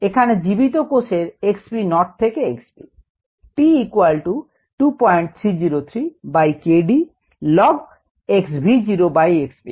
এখানে জীবিত কোষ এর x v naught থেকে x v